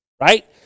right